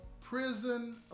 prison